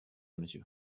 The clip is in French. monsieur